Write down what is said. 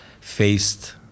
Faced